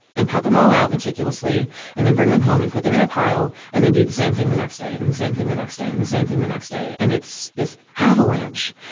and cut them all out meticulously and hen bring them home and put them in a pile. and then do the same thing the next day. and the same thing the next day. and the same thing the next day. and it's this avalanche.